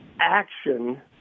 action